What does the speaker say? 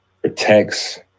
protects